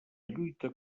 lluita